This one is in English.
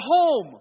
home